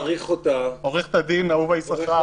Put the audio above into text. עורכת הדין אהובה יששכר,